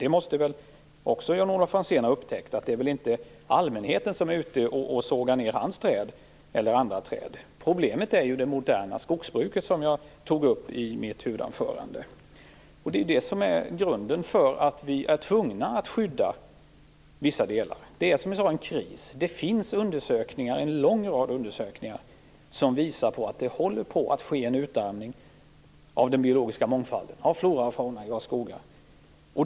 Jan-Olof Franzén måste väl också ha upptäckt att det inte är allmänheten som är ute och sågar ned hans träd eller andra träd. Problemet är ju det moderna skogsbruket, som jag tog upp i mitt huvudanförande. Det är ju det som är grunden till att vi är tvungna att skydda vissa delar. Det är, som jag sade, kris. Det finns en lång rad undersökningar som visar på att det håller på att ske en utarmning av den biologiska mångfalden, av flora och fauna i våra skogar.